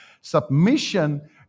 Submission